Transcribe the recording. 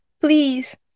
please